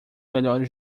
melhores